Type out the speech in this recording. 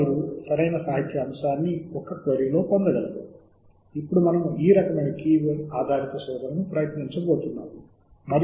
మరియు సాహిత్యం కోసం శోధించడానికి ఉపయోగించే రూపం ఇది